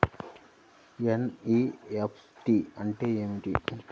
NEFT అంటే ఏమిటి?